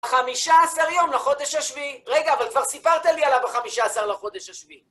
חמישה עשר יום לחודש השביעי, רגע, אבל כבר סיפרת לי עליו בחמישה עשר לחודש השביעי.